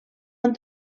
han